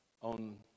on